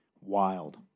wild